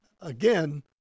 Again